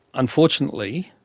unfortunately,